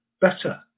better